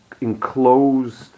Enclosed